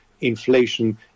inflation